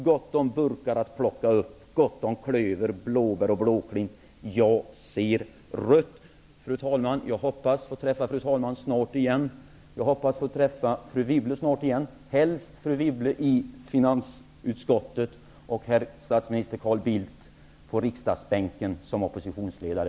Gott om burkar att plocka upp. Gott om klöver, blåbär och blåklint. Jag ser rött. Fru talman! Jag hoppas att snart igen få träffa fru talman. Jag hoppas att få träffa fru Wibble snart igen. Helst vill jag träffa fru Wibble i finansutskottet, och herr statsminister Carl Bildt på bänken, på riksdagsbänken som oppositionsledare.